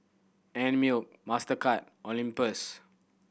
Einmilk Mastercard Olympus